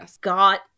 got